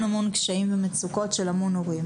המון קשיים ומצוקות של המון הורים,